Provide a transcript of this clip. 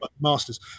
masters